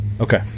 Okay